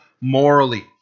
morally